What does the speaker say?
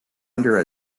under